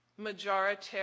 majoritarian